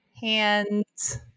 hands